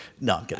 No